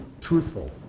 truthful